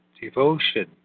devotion